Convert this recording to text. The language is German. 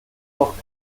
doch